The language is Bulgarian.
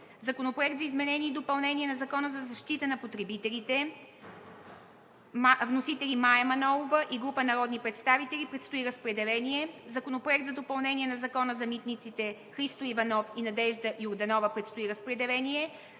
Законопроект за изменение и допълнение на Закона за защита на потребителите. Вносител – Мая Манолова и група народни представители. Предстои разпределение. Законопроект за допълнение на Закона за митниците. Вносители – народните представители